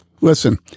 Listen